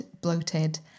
bloated